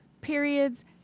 periods